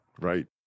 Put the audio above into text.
Right